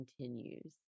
Continues